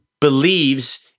believes